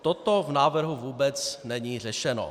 Toto v návrhu vůbec není řešeno.